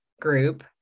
group